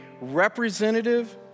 representative